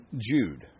Jude